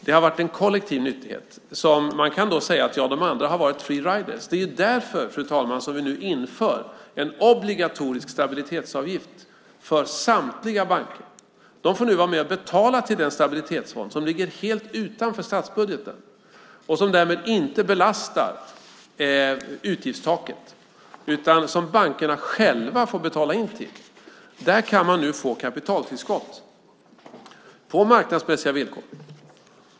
Det har varit en kollektiv nyttighet. Man kan då säga att de andra har varit free riders . Det är därför, fru talman, som vi nu inför en obligatorisk stabilitetsavgift för samtliga banker. De får nu vara med och betala till den stabilitetsfond som ligger helt utanför statsbudgeten. Därmed belastar den inte utgiftstaket, utan bankerna själva får betala in till den. Där kan man nu få kapitaltillskott på marknadsmässiga villkor.